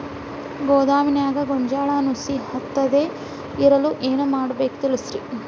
ಗೋದಾಮಿನ್ಯಾಗ ಗೋಂಜಾಳ ನುಸಿ ಹತ್ತದೇ ಇರಲು ಏನು ಮಾಡಬೇಕು ತಿಳಸ್ರಿ